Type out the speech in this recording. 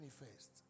manifest